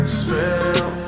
spell